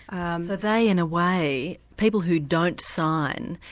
and so they, in a way, people who don't sign,